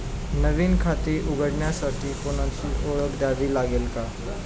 नवीन खाते उघडण्यासाठी कोणाची ओळख द्यावी लागेल का?